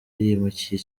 yimukiye